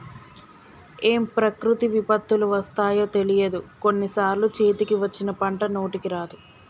ఏం ప్రకృతి విపత్తులు వస్తాయో తెలియదు, కొన్ని సార్లు చేతికి వచ్చిన పంట నోటికి రాదు